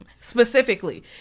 specifically